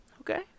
Okay